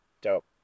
Dope